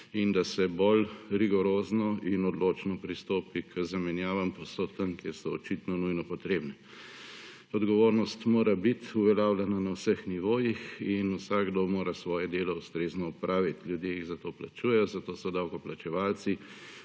in da se bolj rigorozno in odločno pristopi k zamenjavam povsod tam, kjer so očitno nujno potrebne. Odgovornost mora biti uveljavljana na vseh nivojih in vsakdo mora svoje delo ustrezno opraviti. Ljudje jih za to plačujejo, zato so davkoplačevalci,